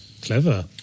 clever